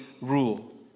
rule